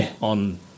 on